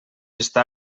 està